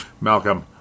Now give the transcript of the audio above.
Malcolm